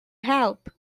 help